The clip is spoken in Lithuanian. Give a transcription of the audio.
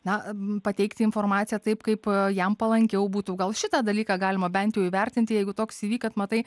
na pateikti informaciją taip kaip jam palankiau būtų gal šitą dalyką galima bent įvertinti jeigu toks įvykti matai